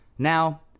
now